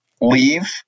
leave